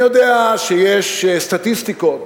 אני יודע שיש סטטיסטיקות